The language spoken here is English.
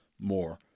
more